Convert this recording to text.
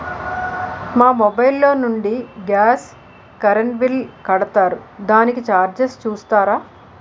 మా మొబైల్ లో నుండి గాస్, కరెన్ బిల్ కడతారు దానికి చార్జెస్ చూస్తారా?